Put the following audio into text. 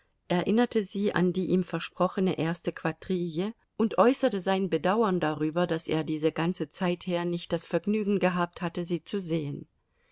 erinnerte sie an die ihm versprochene erste quadrille und äußerte sein bedauern darüber daß er diese ganze zeit her nicht das vergnügen gehabt habe sie zu sehen